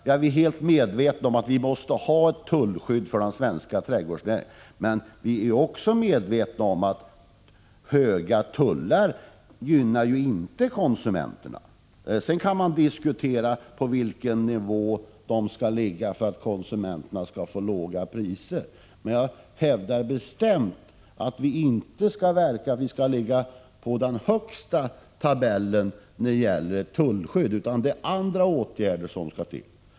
Vi är helt medvetna om att den svenska trädgårdsnäringen måste ha ett tullskydd, men vi är också medvetna om att höga tullar inte gynnar konsumenterna. Man kan diskutera på vilken nivå tullarna skall ligga för att konsumenterna skall få låga priser, men jag hävdar bestämt att vi inte skall verka för att ligga på den högsta tabellen i fråga om tullskydd. Det är andra åtgärder som skall till.